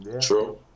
True